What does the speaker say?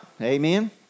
Amen